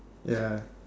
ya